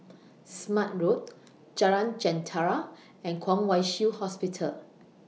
Smart Road Jalan Jentera and Kwong Wai Shiu Hospital